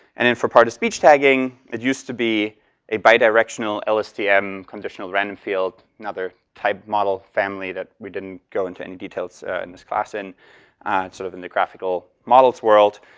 and for part of speech tagging it used to be a bidirectional lstm conditional random field, another type model family that we didn't go into any details in this class. and sort of in the graphical models world.